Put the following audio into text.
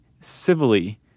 civilly